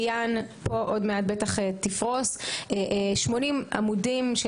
ביאן בטח תפרוש עוד מעט: 80 עמודים של